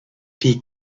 die